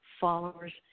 followers